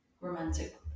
romantic